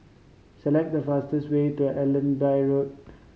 select the fastest way to Allenby Road